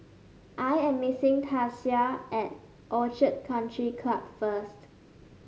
I am meeting Tasia at Orchid Country Club first